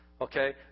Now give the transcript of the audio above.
Okay